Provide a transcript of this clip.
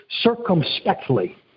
circumspectly